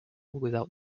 without